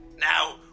Now